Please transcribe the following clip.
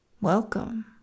Welcome